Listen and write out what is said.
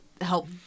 help